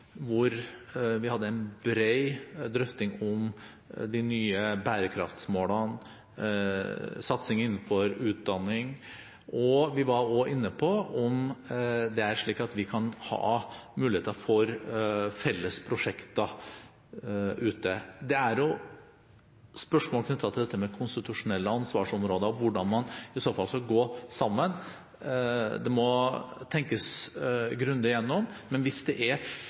hvor vi hadde en bred drøfting av de nye bærekraftsmålene og satsing innenfor utdanning. Vi var også inne på om det er slik at vi kan ha muligheter for felles prosjekter ute. Det er spørsmål knyttet til dette med konstitusjonelle ansvarsområder og hvordan man i så fall skal gå sammen. Dette må det tenkes grundig gjennom, men hvis det er